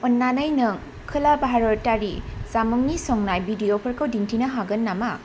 अन्नानै नों खोला भारतारि जामुंनि संनाय भिडिय'फोरखौ दिन्थिनो हागोन नामा